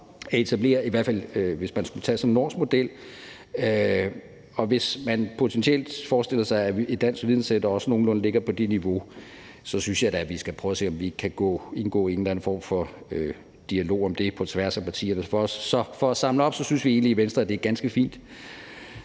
at etablere det, i hvert fald hvis man skulle tage sådan en norsk model. Og hvis man forestiller sig, at et dansk videncenter ligger nogenlunde på det niveau, synes jeg da, vi skal prøve at se, om vi ikke kan indgå i en eller anden form for dialog om det på tværs af partierne. Så for at samle op vil jeg sige, at vi i Venstre egentlig synes, det